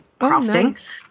crafting